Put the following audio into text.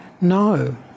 No